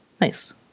nice